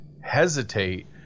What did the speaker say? hesitate